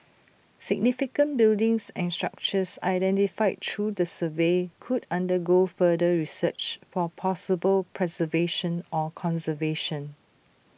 significant buildings and structures identified through the survey could undergo further research for possible preservation or conservation